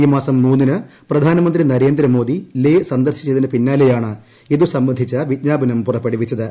ഈ മാസം മൂന്നിന് പ്രധാനമന്ത്രി നരേന്ദ്രമോദി ലേ സന്ദർശിച്ചതിനു പിന്നാലെയാണ് ഇതു സംബന്ധിച്ച വിജ്ഞാപനം പുറപ്പെടുവിച്ചത്